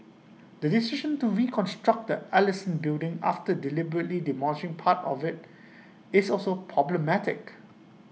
the decision to reconstruct the Ellison building after deliberately demolishing part of IT is also problematic